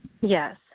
Yes